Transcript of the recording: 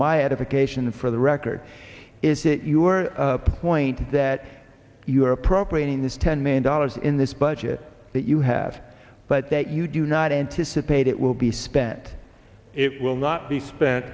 edification for the record is that your point that you are appropriating this ten million dollars in this budget that you have but that you do not anticipate it will be spent it will not be spent